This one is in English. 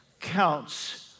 counts